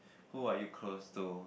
who are you close to